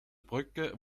brücke